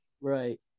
Right